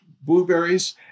blueberries